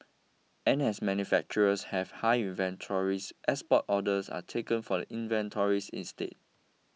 and as manufacturers have high inventories export orders are taken from the inventories instead